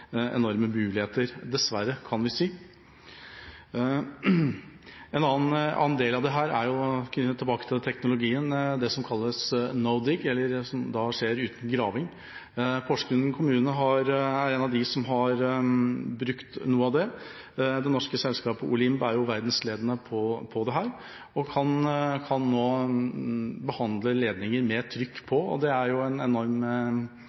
enorme muligheter. Tilbake til teknologien: En annen del av dette er det som kalles «NoDig», som skjer uten graving. Porsgrunn kommune er av dem som har brukt dette. Det norske selskapet Olimb er verdensledende på dette og kan nå behandle ledninger med trykk i. Det er en enorm